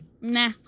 nah